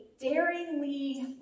daringly